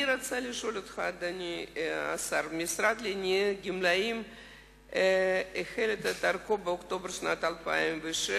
אני רוצה לשאול אותך: המשרד לענייני גמלאים החל את דרכו באוקטובר 2006,